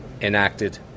enacted